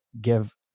give